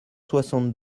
soixante